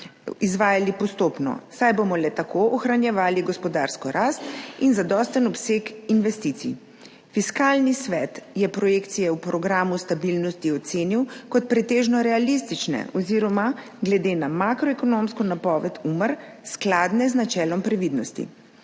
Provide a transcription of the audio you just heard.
izvajali postopno, saj bomo le tako ohranjevali gospodarsko rast in zadosten obseg investicij. Fiskalni svet je projekcije v programu stabilnosti ocenil kot pretežno realistične oziroma glede na makroekonomsko napoved Umar skladne z načelom previdnosti.